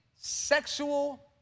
sexual